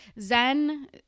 Zen